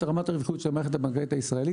רמת הרווחיות של המערכת הבנקאית הישראלית,